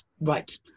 right